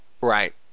right